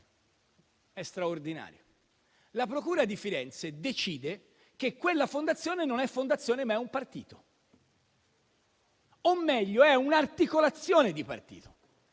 È straordinario. La procura di Firenze decide che quella fondazione non è una fondazione, ma è un partito, o meglio è un'articolazione di partito?